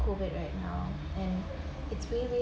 COVID right now and it's really